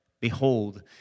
behold